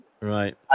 Right